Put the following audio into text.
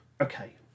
Okay